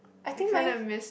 I think life